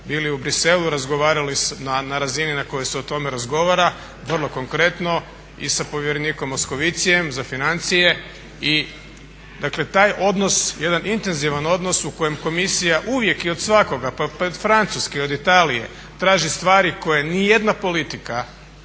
bili u Bruxellesu i razgovarali na razini na kojoj se o tome razgovara vrlo konkretno i sa povjerenikom Moscoviciem za financije i dakle taj odnos jedan intenzivan odnos u kojem komisija uvijek i od svakoga pa i od Francuske, od Italije traže stvari koje nijedna politika